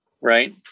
right